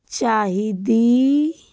ਚਾਹੀਦੀ